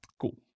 Cool